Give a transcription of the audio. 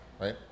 right